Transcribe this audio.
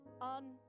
on